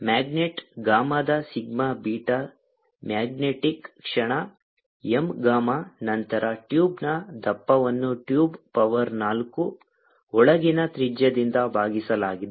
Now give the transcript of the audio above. magnet ಗಾಮಾದ sigma beta magnetic ಕ್ಷಣ m gamma ನಂತರ ಟ್ಯೂಬ್ನ ದಪ್ಪವನ್ನು ಟ್ಯೂಬ್ ಪವರ್ ನಾಲ್ಕು ಒಳಗಿನ ತ್ರಿಜ್ಯದಿಂದ ಭಾಗಿಸಲಾಗಿದೆ